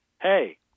hey